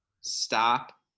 Stop